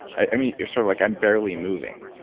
i mean, you're sort of like, i'm barely moving.